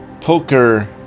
poker